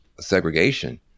segregation